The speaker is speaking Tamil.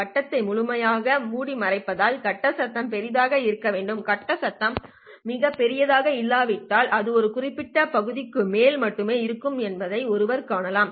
வட்டத்தை முழுவதுமாக மூடிமறைப்பதால் கட்ட சத்தம் பெரியதாக இருக்க வேண்டும் கட்ட சத்தம் மிகப் பெரியதாக இல்லாவிட்டால் அது ஒரு குறிப்பிட்ட பகுதிக்கு மேல் மட்டுமே இருக்கும் என்பதை ஒருவர் காணலாம்